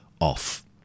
off